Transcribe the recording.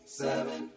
seven